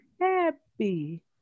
happy